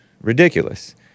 Ridiculous